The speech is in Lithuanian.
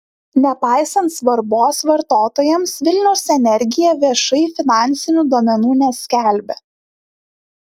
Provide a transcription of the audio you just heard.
nepaisant svarbos vartotojams vilniaus energija viešai finansinių duomenų neskelbia